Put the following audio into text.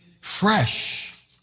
fresh